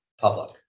public